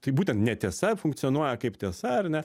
tai būtent netiesa funkcionuoja kaip tiesa ar ne